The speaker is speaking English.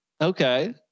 okay